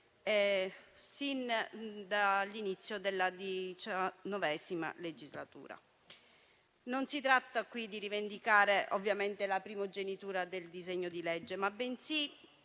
sin dall'inizio della diciannovesima legislatura. Non si tratta qui di rivendicare la primogenitura del disegno di legge, bensì